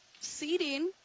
seeding